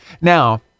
Now